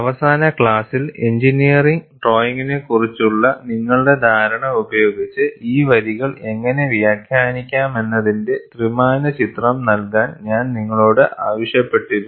അവസാന ക്ലാസ്സിൽ എഞ്ചിനീയറിംഗ് ഡ്രോയിംഗിനെക്കുറിച്ചുള്ള നിങ്ങളുടെ ധാരണ ഉപയോഗിച്ച് ഈ വരികൾ എങ്ങനെ വ്യാഖ്യാനിക്കാമെന്നതിന്റെ ത്രിമാന ചിത്രം നൽകാൻ ഞാൻ നിങ്ങളോട് ആവശ്യപ്പെട്ടിരുന്നു